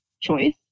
choice